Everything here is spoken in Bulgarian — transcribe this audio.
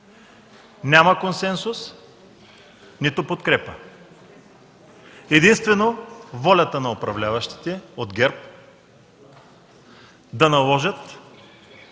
Няма консенсус, нито подкрепа, единствено волята на управляващите от ГЕРБ да наложат